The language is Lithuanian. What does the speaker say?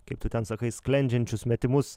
kaip tu ten sakai sklendžiančius metimus